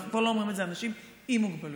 אנחנו כבר לא אומרים את זה, אנשים עם מוגבלויות.